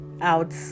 out